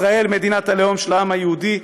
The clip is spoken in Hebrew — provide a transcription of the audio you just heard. ישראל מדינת הלאום של העם היהודי,